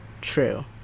True